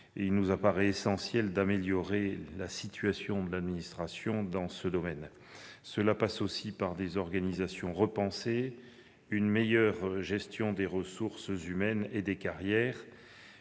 Il nous paraît essentiel d'améliorer la situation de l'administration dans ce domaine. Cela passe aussi par des organisations repensées, une meilleure gestion des ressources humaines et des carrières,